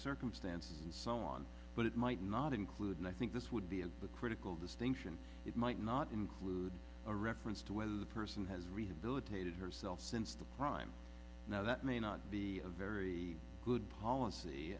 circumstances and so on but it might not include and i think this would be a critical distinction it might not include a reference to whether the person has rehabilitated herself since the crime now that may not be a very good policy